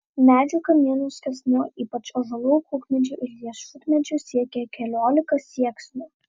medžių kamienų skersmuo ypač ąžuolų kukmedžių ir riešutmedžių siekė keliolika sieksnių